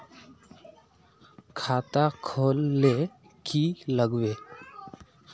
खाता खोल ले की लागबे?